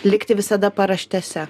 likti visada paraštėse